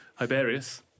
Hiberius